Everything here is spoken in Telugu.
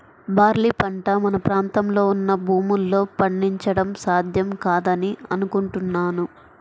బార్లీ పంట మన ప్రాంతంలో ఉన్న భూముల్లో పండించడం సాధ్యం కాదని అనుకుంటున్నాను